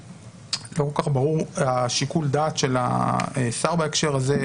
לא כל-כך ברור השיקול דעת של השר בהקשר הזה,